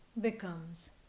becomes